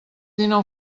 dinou